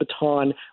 baton